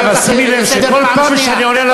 אני קורא אותך לסדר פעם שנייה.